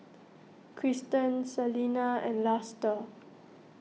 Kristen Salena and Luster